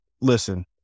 listen